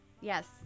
Yes